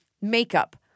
makeup